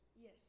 Yes